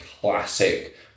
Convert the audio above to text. classic